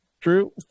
True